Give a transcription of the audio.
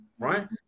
Right